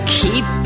keep